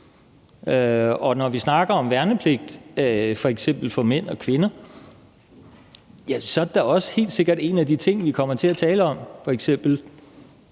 Og når vi f.eks. snakker om værnepligt for mænd og kvinder, er det da også helt sikkert en af de ting, vi kommer til at tale om. Skal